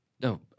no